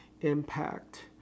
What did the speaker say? impact